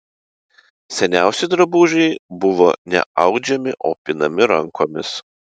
seniausi drabužiai buvo ne audžiami o pinami rankomis